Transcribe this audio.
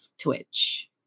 Twitch